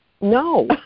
No